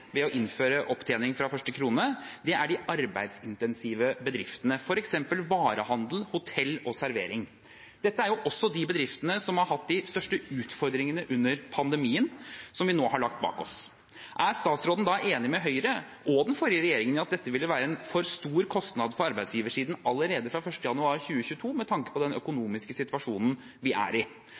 ved å innføre opptjening fra første krone, er de arbeidsintensive bedriftene, f.eks. varehandel, hotell og servering. Dette er også de bedriftene som har hatt de største utfordringene under pandemien som vi nå har lagt bak oss. Er statsråden enig med Høyre og den forrige regjeringen i at dette ville være en for stor kostnad for arbeidsgiversiden – allerede fra 1. januar 2022 – med tanke på den økonomiske situasjonen vi er i?